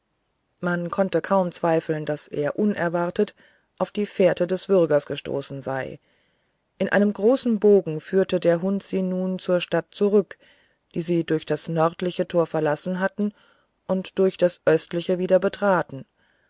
man konnte kaum zweifeln daß er unerwartet auf die fährte des würgers gestoßen sei in einem großen bogen führte der hund sie nun zur stadt zurück die sie durch das nördliche tor verlassen hatten und durch das östliche wieder betraten